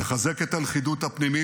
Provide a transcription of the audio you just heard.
נחזק את הלכידות הפנימית.